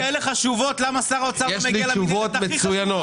אם ה- -- יש לי תשובות מצוינות